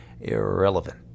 irrelevant